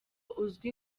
uzwi